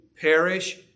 perish